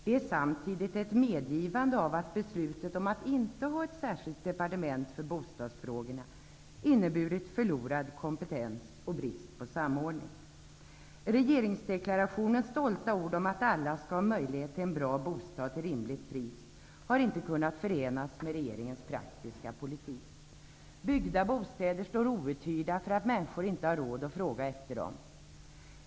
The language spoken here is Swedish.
Det är samtidigt ett medgivande av att beslutet om att inte ha ett särskilt departement för bostadsfrågorna inneburit förlorad kompetens och brist på samordning. Regeringsdeklarationens stolta ord om att alla skall ha möjlighet till en bra bostad till ett rimligt pris har inte kunnat förenas med regeringens praktiska politik. Byggda bostäder står outhyrda för att människor inte har råd att efterfråga dem.